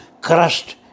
crushed